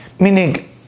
Meaning